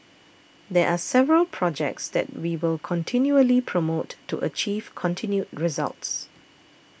there are several projects that we will continually promote to achieve continued results